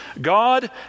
God